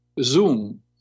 Zoom